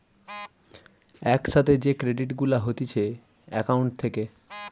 এক সাথে যে ক্রেডিট গুলা হতিছে একাউন্ট থেকে